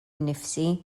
nnifsi